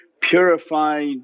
purified